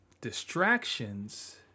distractions